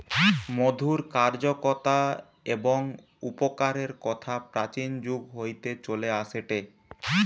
মধুর কার্যকতা এবং উপকারের কথা প্রাচীন যুগ হইতে চলে আসেটে